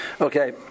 Okay